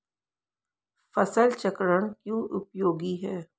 फसल चक्रण क्यों उपयोगी है?